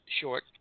short